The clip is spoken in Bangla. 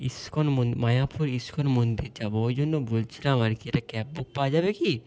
ইসকন মন্দির মায়াপুর ইস্কন মন্দির যাবো ওই জন্য বলছিলাম আর কি একটা ক্যাব বুক পাওয়া যাবে কি